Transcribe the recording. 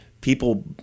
people